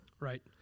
Right